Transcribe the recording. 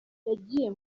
yagiye